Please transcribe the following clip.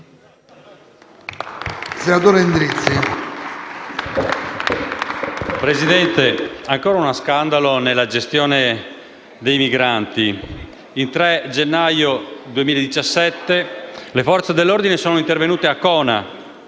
Presidente, ancora uno scandalo nella gestione dei migranti: il 3 gennaio 2017 le Forze dell'ordine sono intervenute a Cona,